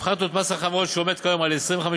הפחתנו את מס החברות, שעומד כיום על 25%,